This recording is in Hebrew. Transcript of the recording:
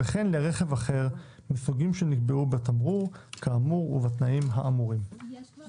וכן לרכב אחר מסוגים שנקבעו בתמרור כאמור ובתנאים הקבועים בו."; יש כבר